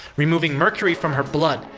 removing mercury from her blood,